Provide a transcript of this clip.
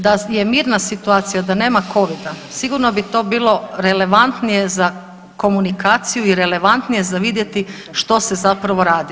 Da je mirna situacija, da nema covida sigurno bi to bilo relevantnije za komunikaciju i relevantnije za vidjeti što se zapravo radi.